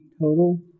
total